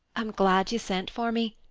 i'm glad you sent for me.